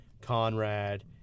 Conrad